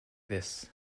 this